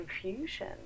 confusion